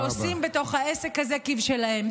שעושים בתוך העסק כבשלהם.